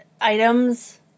items